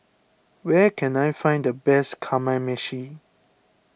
where can I find the best Kamameshi